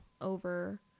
over